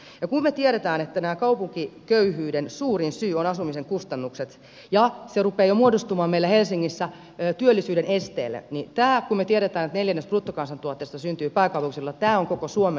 ja kun me tiedämme että kaupunkiköyhyyden suurin syy on asumisen kustannukset ja se rupeaa jo muodostumaan meillä helsingissä työllisyyden esteeksi niin tämä kun me tiedämme että neljännes bruttokansantuotteesta syntyy pääkaupunkiseudulla on koko suomen huoli